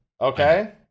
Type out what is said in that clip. Okay